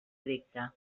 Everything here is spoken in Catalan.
edicte